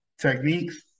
Techniques